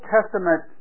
Testament